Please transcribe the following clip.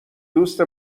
دوست